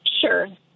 Sure